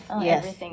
yes